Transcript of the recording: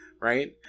right